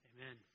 Amen